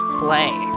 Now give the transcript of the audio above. play